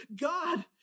God